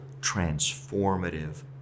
transformative